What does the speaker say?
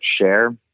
share